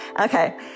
Okay